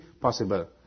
possible